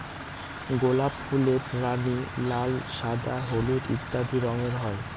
গোলাপ ফুলের রানী, লাল, সাদা, হলুদ ইত্যাদি রঙের হয়